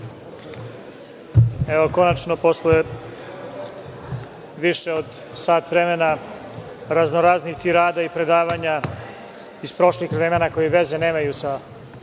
Konačno, posle više od sat vremena razno-raznih tirada i predavanja iz prošlih vremena koji veze nemaju sa